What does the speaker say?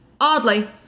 oddly